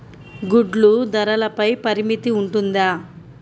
గుడ్లు ధరల పై పరిమితి ఉంటుందా?